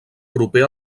proper